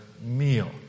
meal